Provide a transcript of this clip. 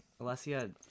Alessia